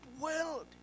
world